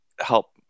help